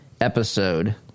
episode